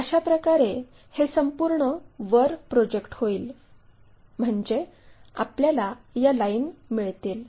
अशाप्रकारे हे संपूर्ण वर प्रोजेक्ट होईल म्हणजे आपल्याला या लाईन मिळतील